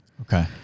Okay